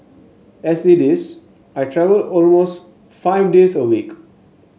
as it is I travel almost five days a week